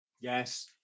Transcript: yes